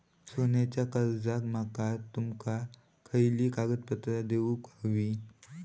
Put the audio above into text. सोन्याच्या कर्जाक माका तुमका खयली कागदपत्रा देऊक व्हयी?